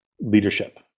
leadership